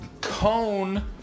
cone